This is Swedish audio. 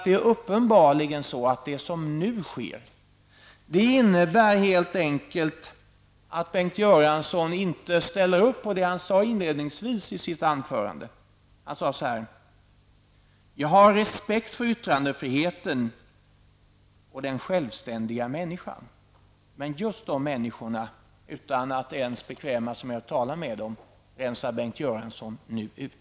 Det är uppenbarligen så att det som nu sker helt enkelt innebär att Bengt Göransson inte ställer sig bakom det han sade inledningsvis i sitt anförande, nämligen: ''Jag har respekt för yttrandefriheten och den självständiga människan.'' Men just de människorna, utan att ens bekväma sig med att tala med dem, rensar Bengt